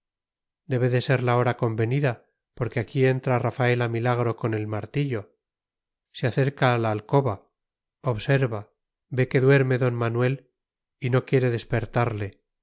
debe de ser la hora convenida porque aquí entra rafaela milagro con el martillo se acerca a la alcoba observa ve que duerme d manuel y no quiere despertarle